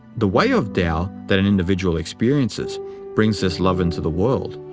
the way of tao that an individual experiences brings this love into the world,